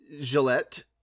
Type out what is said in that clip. Gillette